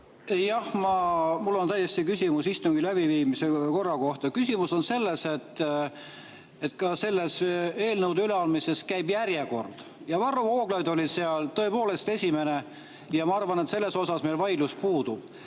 Jah, mul on tõesti küsimus istungi läbiviimise korra kohta. Küsimus on selles, et ka eelnõude üleandmisel kehtib järjekord ja Varro Vooglaid oli seal tõepoolest esimene. Ma arvan, et selles osas meil vaidlus puudub.